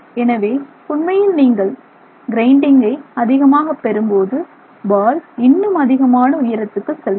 எனவே உண்மையில் நீங்கள் கிரைண்டிங்கை அதிகமாக பெறும்போது பால் இன்னும் அதிகமான உயரத்துக்கு செல்கிறது